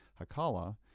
Hakala